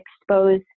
expose